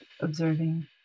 observing